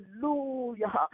Hallelujah